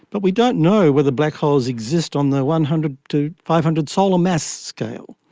but we don't know whether black holes exist on the one hundred to five hundred solar mass scale.